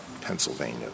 Pennsylvania